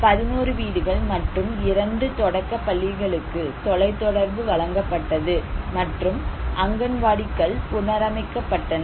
11 வீடுகள் மற்றும் 2 தொடக்கப் பள்ளிகளுக்கு தொலைத்தொடர்பு வழங்கப்பட்டது மற்றும் அங்கன்வாடிக்கள் புனரமைக்கப்பட்டன